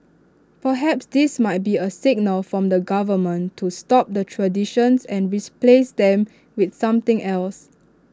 perhaps this might be A signal from the government to stop the traditions and replace them with something else